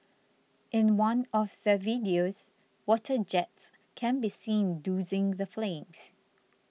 in one of the videos water jets can be seen dousing the flames